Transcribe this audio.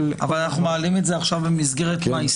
--- אבל אנחנו מעלים את זה עכשיו במסגרת מה?